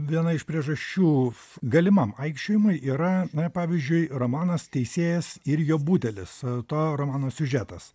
viena iš priežasčių galimam aikčiojimui yra pavyzdžiui romanas teisėjas ir jo budelis to romano siužetas